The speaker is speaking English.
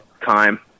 time